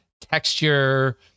texture